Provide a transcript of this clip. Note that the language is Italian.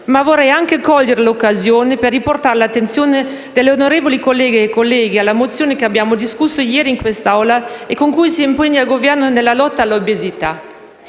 ma vorrei anche cogliere l'occasione per riportare l'attenzione delle onorevoli colleghe e colleghi alla mozione che abbiamo discusso ieri in quest'Assemblea e con cui si impegna il Governo nella lotta all'obesità.